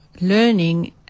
learning